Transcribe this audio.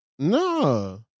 No